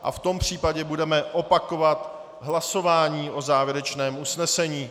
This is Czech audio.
V tom případě budeme opakovat hlasování o závěrečném usnesení.